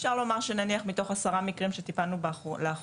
אפשר לומר שנניח מתוך עשרה מקרים שבהם טיפלתנו לאחרונה,